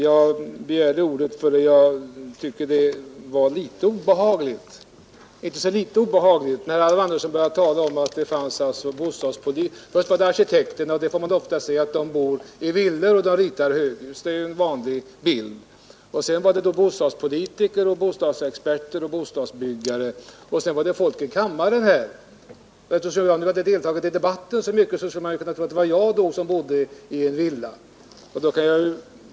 Jag begärde ordet därför att jag tyckte det var inte så litet obehagligt när herr Andersson i Knäred började tala om hur bostadspolitikerna bor. Först var det arkitekterna. Man får ofta se att de bor i villor och ritar höghus — det är ju en vanlig bild. Sedan var det bostadspolitiker, bostadsexperter och bostadsbyggare, och så var det folk här i kammaren. Eftersom jag nu har deltagit i debatten så mycket, skulle man kunna tro att det var jag som bodde i en villa.